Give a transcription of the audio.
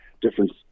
different